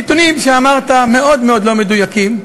הנתונים שאמרת מאוד מאוד לא מדויקים,